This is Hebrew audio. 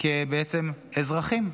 בעצם כאזרחים.